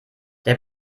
der